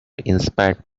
inspired